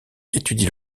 étudie